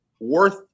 worth